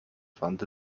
fand